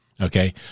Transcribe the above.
okay